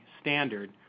standard